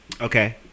Okay